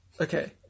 okay